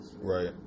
Right